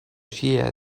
she